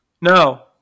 No